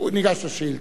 ניגש לשאילתות.